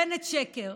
בנט שקר,